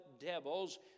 devils